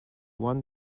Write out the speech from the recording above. one